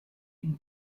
une